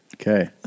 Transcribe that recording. Okay